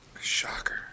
Shocker